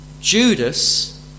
Judas